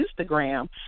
Instagram